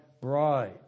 bride